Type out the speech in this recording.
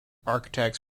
architects